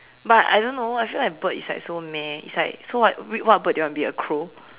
but I don't know I feel like bird is like so meh it's like so what bird you want be a crow